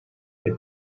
they